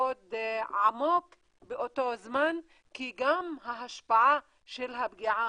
מאוד עמוק באותו זמן כי גם ההשפעה של הפגיעה